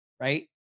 right